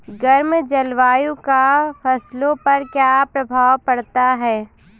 गर्म जलवायु का फसलों पर क्या प्रभाव पड़ता है?